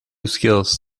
skills